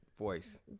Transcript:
Voice